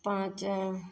पाँच